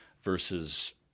versus